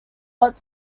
what